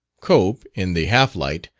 cope, in the half-light,